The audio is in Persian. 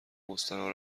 مستراح